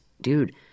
dude